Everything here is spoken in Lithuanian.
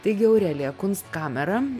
taigi aurelija kunstkamera